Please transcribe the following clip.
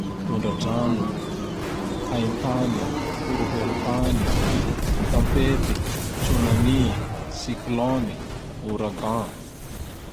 Tondra-drano, haintantany, horohorontany, tampety, tsonamy, siklôny, oragan.